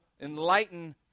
enlighten